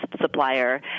supplier